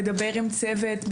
לדבר עם צוות,